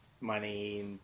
money